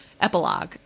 epilogue